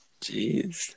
Jeez